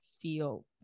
feel